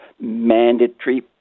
mandatory